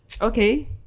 Okay